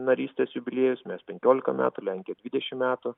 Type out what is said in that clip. narystės jubiliejus mes penkiolika metų lenkia dvidešimt metų